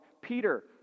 Peter